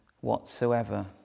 whatsoever